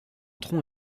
tronc